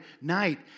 night